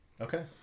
okay